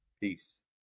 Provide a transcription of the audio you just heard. Peace